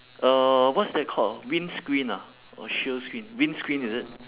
uh what's that called ah windscreen ah or sheer screen windscreen is it